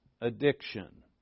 addiction